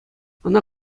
ӑна